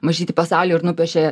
mažytį pasaulį ir nupiešė